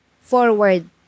forward